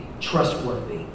trustworthy